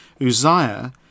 Uzziah